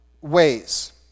ways